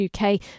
UK